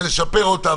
ודאי שנשפר אותה,